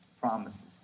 promises